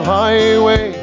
highway